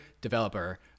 developer